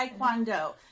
Taekwondo